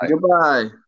Goodbye